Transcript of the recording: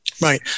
Right